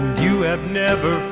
you have never